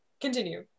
continue